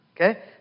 Okay